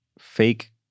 fake